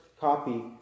copy